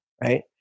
right